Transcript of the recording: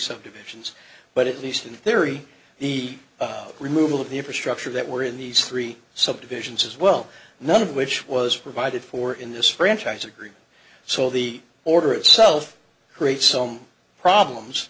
subdivisions but at least in theory the removal of the infrastructure that were in these three subdivisions as well none of which was provided for in this franchise agreement so the order itself creates some problems